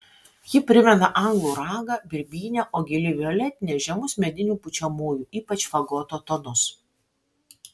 ji primena anglų ragą birbynę o gili violetinė žemus medinių pučiamųjų ypač fagoto tonus